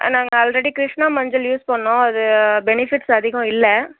நாங்கள் ஆல்ரெடி கிருஷ்ணா மஞ்சள் யூஸ் பண்ணோம் அது பெனிஃபிட்ஸ் அதிகம் இல்லை